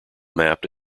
mapped